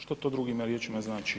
Što to drugim riječima znači?